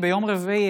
בלי ביורוקרטיה,